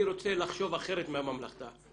אני רוצה לחשוב אחרת מהממלכה,